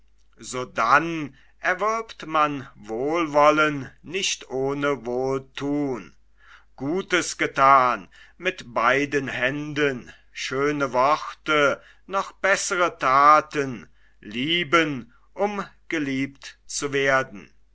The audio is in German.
sodann erwirbt man wohlwollen nicht ohne wohlthun gutes gethan mit beiden händen schöne worte noch bessere thaten lieben um geliebt zu werden